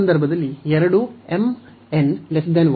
ಈ ಸಂದರ್ಭದಲ್ಲಿ ಎರಡೂ m n 1